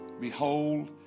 Behold